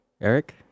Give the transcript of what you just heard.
Eric